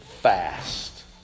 fast